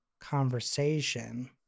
conversation